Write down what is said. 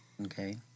Okay